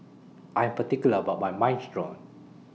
I Am particular about My Minestrone